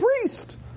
priest